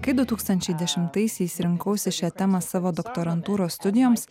kai du tūkstančiai dešimtaisiais rinkausi šią temą savo doktorantūros studijoms